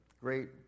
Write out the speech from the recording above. great